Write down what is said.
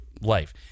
life